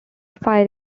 fight